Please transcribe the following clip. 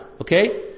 Okay